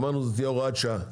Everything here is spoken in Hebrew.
אמרנו שזאת תהיה הוראת שעה.